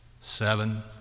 seven